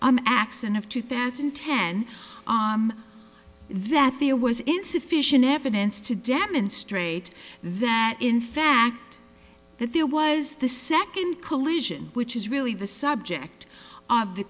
axin of two thousand and ten that there was insufficient evidence to demonstrate that in fact that there was the second collision which is really the subject of the